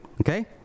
okay